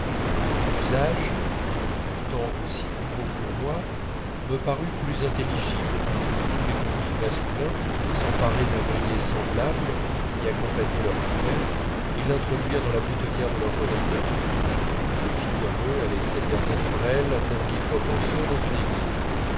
l'usage pourtant aussi nouveau pour moi me parut plus intelligible quand je vis tous les convives masculins s'emparer d'un œillet semblable qui accompagnait leur couvert et l'introduire dans la boutonnière de leur redingote je fis comme eux avec cet air naturel d'un libre penseur dans une église